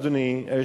אדוני היושב-ראש,